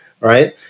Right